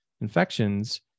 infections